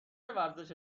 ورزش